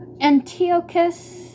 Antiochus